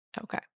Okay